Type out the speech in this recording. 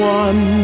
one